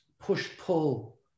push-pull